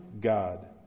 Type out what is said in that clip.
God